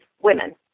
women